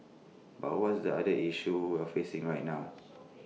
but what is the other issue we're facing right now